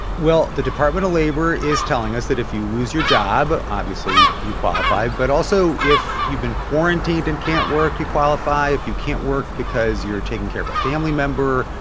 well, the department of labor is telling us that if you lose your job, obviously, you qualify. but also, if you've been quarantined and can't work, you qualify. if you can't work because you're taking care of a family member,